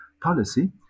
policy